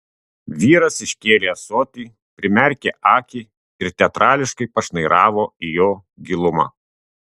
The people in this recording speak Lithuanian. vyras iškėlė ąsotį primerkė akį ir teatrališkai pašnairavo į jo gilumą